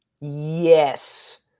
yes